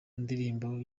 ndirimbo